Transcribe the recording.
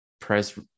press